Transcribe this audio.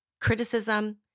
criticism